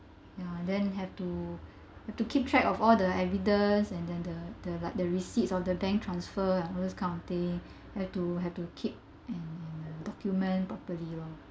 ya then have to have to keep track of all the evidence and then the the like the receipts of the bank transfer and those kind of things have to have to keep and um document properly lor